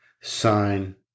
sign